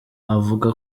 avuga